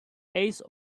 ace